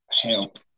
help